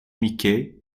mickey